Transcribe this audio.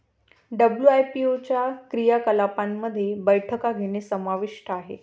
WIPO च्या क्रियाकलापांमध्ये बैठका घेणे समाविष्ट आहे